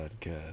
Podcast